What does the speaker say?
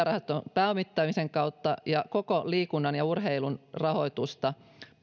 pääomittamisen kautta ja koko liikunnan ja urheilun rahoitusta